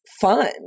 fun